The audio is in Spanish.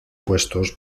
puestos